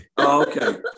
Okay